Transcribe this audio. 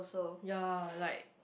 ya like